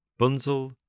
Bunzel